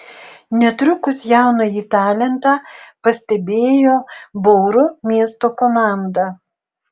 netrukus jaunąjį talentą pastebėjo bauru miesto komanda